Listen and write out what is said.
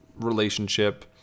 relationship